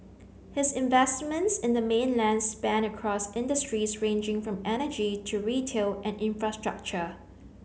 his investments in the mainland span across industries ranging from energy to retail and infrastructure